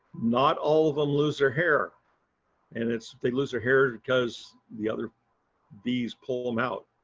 not all them lose their hair and it's, they lose their hair because the other bees pull them out.